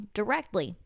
directly